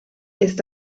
ist